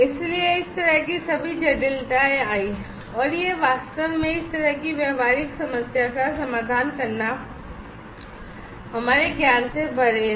इसलिए इस तरह की सभी जटिलताएं आईं और यह वास्तव में इस तरह की व्यावहारिक समस्या का समाधान करना हमारे ज्ञान से परे था